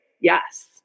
Yes